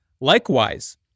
Likewise